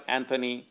Anthony